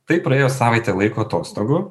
taip praėjo savaitė laiko atostogų